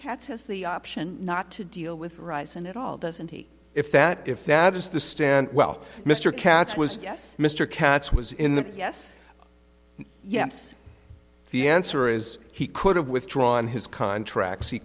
cats has the option not to deal with rice and it all doesn't he if that if that is the stand well mr katz was yes mr katz was in the yes yes the answer is he could have withdrawn his contract he